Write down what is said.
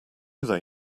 they